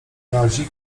kazik